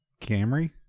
Camry